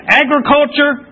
agriculture